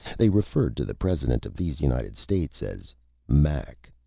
they referred to the president of these united states as mac,